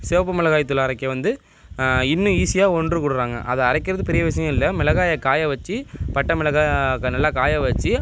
சிவப்பு மிளகாய் தூள் அரைக்க வந்து இன்னும் ஈஸியாக ஒன்று கூடுகிறாங்க அது அரைக்கிறது பெரிய விஷயோம் இல்லை மிளகாயை காய வச்சி பட்டை மிளகாய் க நல்லா காய வச்சி